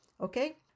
Okay